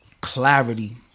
clarity